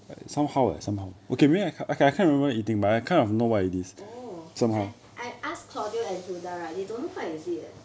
oh I I ask claudia and hilda right they don't know what is it leh